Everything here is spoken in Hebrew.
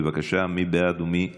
בבקשה, מי בעד ומי נגד?